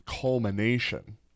culmination